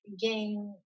gain